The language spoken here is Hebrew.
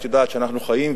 את יודעת שאנחנו חיים,